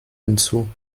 hinzu